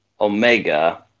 Omega